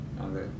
Okay